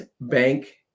Bank